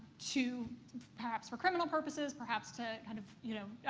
to perhaps for criminal purposes, perhaps to kind of, you know,